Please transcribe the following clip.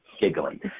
giggling